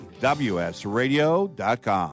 WSRadio.com